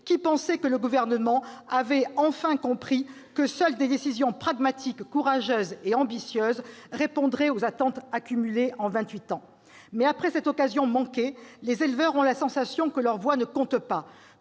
qui pensaient que le Gouvernement avait enfin compris que seules des décisions pragmatiques courageuses et ambitieuses répondraient aux attentes accumulées en vingt-huit ans. Mais, après cette occasion manquée, les éleveurs ont la sensation que leur voix ne compte pas